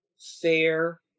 Fair